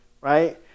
right